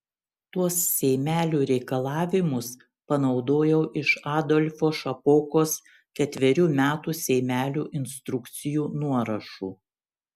tuos seimelių reikalavimus panaudojau iš adolfo šapokos ketverių metų seimelių instrukcijų nuorašų